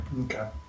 Okay